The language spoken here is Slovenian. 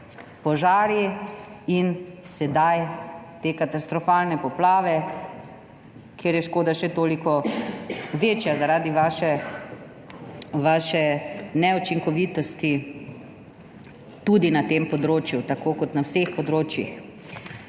požari in sedaj te katastrofalne poplave, kjer je škoda še toliko večja zaradi vaše neučinkovitosti, tudi na tem področju tako kot na vseh področjih.